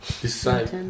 Decide